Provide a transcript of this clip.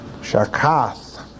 Shakath